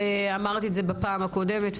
אמרתי את זה בפעם הקודמת,